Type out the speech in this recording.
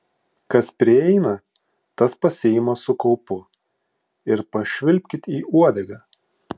kas prieina tas pasiima su kaupu ir pašvilpkit į uodegą